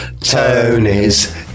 Tony's